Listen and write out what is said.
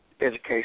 education